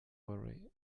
worry